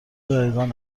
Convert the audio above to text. رایگان